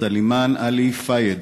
סלימאן עלי פאייד,